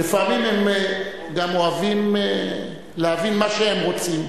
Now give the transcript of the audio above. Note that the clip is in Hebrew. לפעמים הם גם אוהבים להבין מה שהם רוצים,